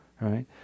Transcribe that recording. right